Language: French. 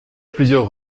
plusieurs